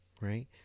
right